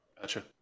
Gotcha